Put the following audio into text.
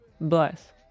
bless